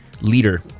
leader